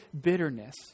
bitterness